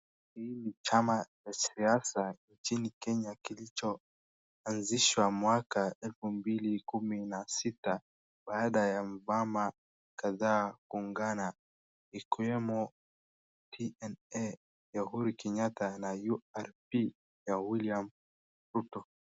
Chama cha siasa nchini Kenya kilichoanzishwa mwaka elfu mbili kumi na sita baada ya vyama kadhaa kuungana ikiwemo TNA ya Uhuru Kenyatta na URP ya William Ruto.